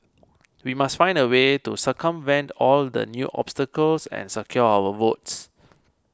we must find a way to circumvent all the new obstacles and secure our votes